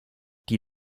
die